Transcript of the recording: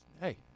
hey